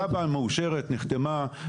התב"ע מאושרת ונחתמה.